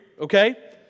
okay